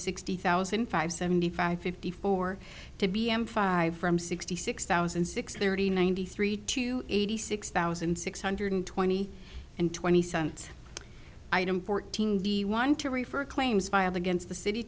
sixty thousand five seventy five fifty four to b m five from sixty six thousand six thirty ninety three to eighty six thousand six hundred twenty and twenty cents item fourteen the want to refer claims filed against the